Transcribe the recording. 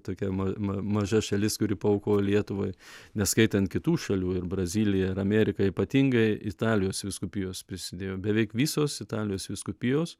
tokia ma maža šalis kuri paaukojo lietuvai neskaitant kitų šalių ir brazilija ir amerika ypatingai italijos vyskupijos prisidėjo beveik visos italijos vyskupijos